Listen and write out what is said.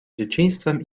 dzieciństwem